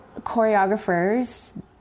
choreographers